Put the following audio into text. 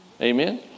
Amen